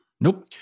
Nope